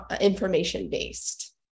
information-based